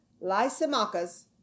Lysimachus